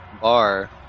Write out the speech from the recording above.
bar